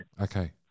Okay